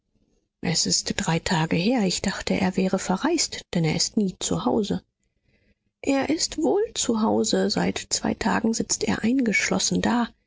es ist drei tage her ich dachte er wäre verreist denn er ist nie zu hause er ist wohl zu hause seit zwei tagen sitzt er eingeschlossen da